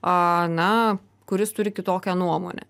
a na kuris turi kitokią nuomonę